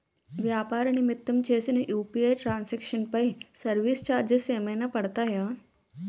వ్యాపార నిమిత్తం చేసిన యు.పి.ఐ ట్రాన్ సాంక్షన్ పై సర్వీస్ చార్జెస్ ఏమైనా పడతాయా?